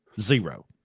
zero